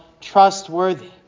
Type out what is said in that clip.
trustworthy